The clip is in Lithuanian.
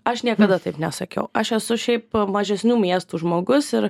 aš niekada taip nesakiau aš esu šiaip mažesnių miestų žmogus ir